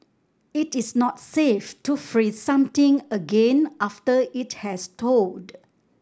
it is not safe to freeze something again after it has thawed